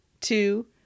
two